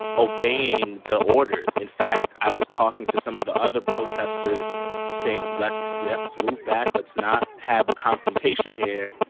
obeying the orders. in fact, i was talking to some of the other protesters saying let's let's move back. let's not have a confrontation here.